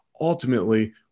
ultimately